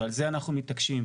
ועל זה אנחנו מתעקשים,